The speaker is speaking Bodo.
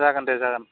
जागोन दे जागोन